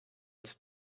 its